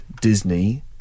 Disney